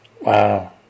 Wow